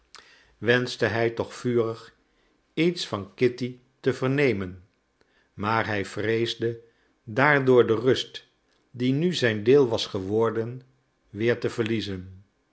wenschte hij toch vurig iets van kitty te vernemen maar hij vreesde daardoor de rust die nu zijn deel was geworden weer te verliezen